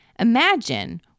Imagine